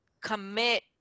commit